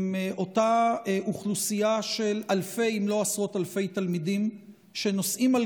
אותה אוכלוסייה של אלפי אם לא עשרות אלפי תלמידים שנושאים על